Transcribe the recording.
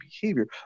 behavior